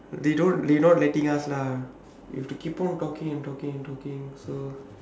they don't they not letting us lah we have to keep on talking and talking and talking so